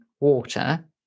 water